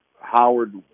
Howard